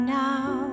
now